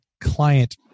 client